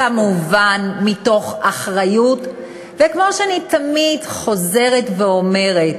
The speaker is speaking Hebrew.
כמובן, מתוך אחריות, וכמו שאני תמיד חוזרת ואומרת,